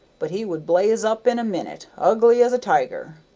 but he would blaze up in a minute, ugly as a tiger.